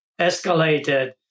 escalated